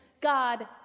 God